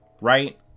right